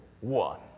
one